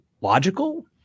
logical